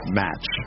match